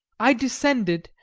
i descended,